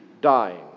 dying